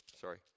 Sorry